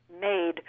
made